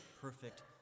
perfect